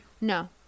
No